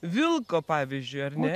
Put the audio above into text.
vilko pavyzdžiui ar ne